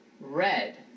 red